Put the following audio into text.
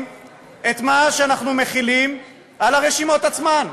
את מה שאנחנו מחילים על הרשימות עצמן.